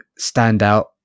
standout